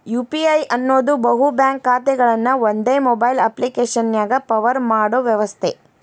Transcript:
UPI ಅನ್ನೋದ್ ಬಹು bank ಖಾತೆಗಳನ್ನ ಒಂದೇ ಮೊಬೈಲ್ ಅಪ್ಪ್ಲಿಕೆಶನ್ಯಾಗ ಪವರ್ ಮಾಡೋ ವ್ಯವಸ್ಥೆ